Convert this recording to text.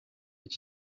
iki